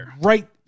right